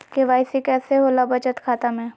KYC कैसे होला बचत खाता में?